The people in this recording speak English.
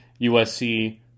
USC